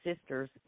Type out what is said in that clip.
sister's